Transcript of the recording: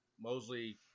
Mosley